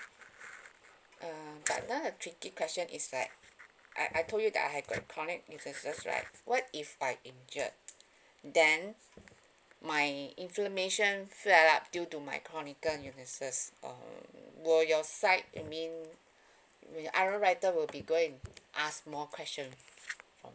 uh but now the tricky question is like I I told you that I had got chronic illnesses right what if I injured then my inflammation swell up due to my chronical illnesses uh will your side I mean will be go and ask more question